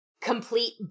complete